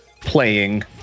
playing